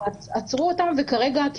ועצרו אותם וכרגע,